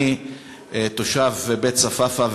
אני תושב בית-צפאפא,